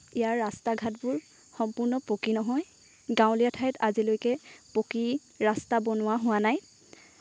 ইয়াৰ ৰাস্তা ঘাটবোৰ সম্পূৰ্ণ পকী নহয় গাঁৱলীয়া ঠাইত আজিলৈকে পকী ৰাস্তা বনোৱা হোৱা নাই